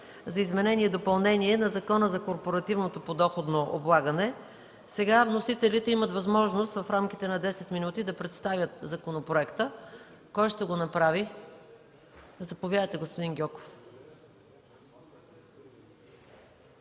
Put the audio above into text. за изменение и допълнение на Закона за корпоративното подоходно облагане. Вносителите имат възможност в рамките на десет минути да представят законопроекта. Заповядайте, господин Гьоков.